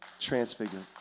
transfigured